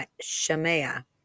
Shemaiah